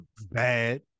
bad